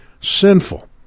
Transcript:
sinful